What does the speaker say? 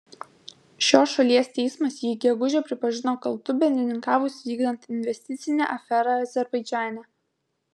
šios šalies teismas jį gegužę pripažino kaltu bendrininkavus vykdant investicinę aferą azerbaidžane